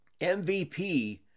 MVP